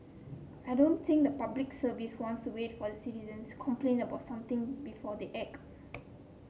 I don't think the Public Service wants to wait for the citizens complain about something before they act